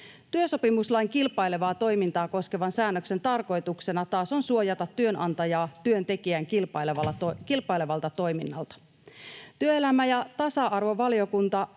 Työsopimuslain kilpailevaa toimintaa koskevan säännöksen tarkoituksena taas on suojata työnantajaa työntekijän kilpailevalta toiminnalta. Työelämä- ja tasa-arvovaliokunta